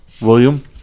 William